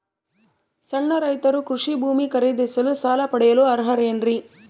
ಸಣ್ಣ ರೈತರು ಕೃಷಿ ಭೂಮಿ ಖರೇದಿಸಲು ಸಾಲ ಪಡೆಯಲು ಅರ್ಹರೇನ್ರಿ?